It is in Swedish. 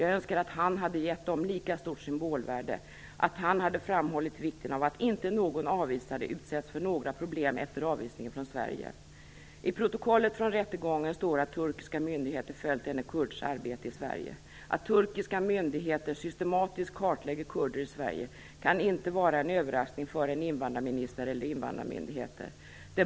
Jag önskar att han hade gett dem lika stort symbolvärde att han hade framhållit vikten av att inte någon avvisad utsätts för några problem efter avvisningen från I protokollet från rättegången står att turkiska myndigheter följt denne kurds arbete i Sverige. Att turkiska myndigheter systematiskt kartlägger kurder i Sverige kan inte vara en överraskning för en invandrarminister eller invandrarmyndigheter.